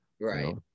Right